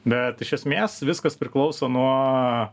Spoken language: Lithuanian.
bet iš esmės viskas priklauso nuo